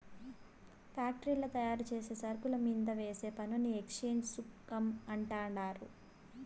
ఫ్యాక్టరీల్ల తయారుచేసే సరుకుల మీంద వేసే పన్నుని ఎక్చేంజ్ సుంకం అంటండారు